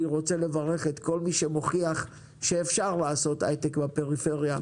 אני רוצה לברך את כל מי שמוכיח שאפשר לעשות הייטק בפריפריה,